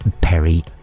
Perry